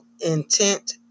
intent